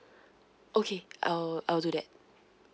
okay I'll I'll do that